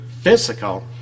physical